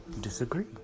disagree